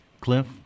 Cliff